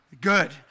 Good